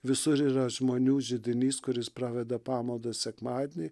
visur yra žmonių židinys kuris praveda pamaldas sekmadienį